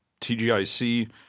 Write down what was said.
TGIC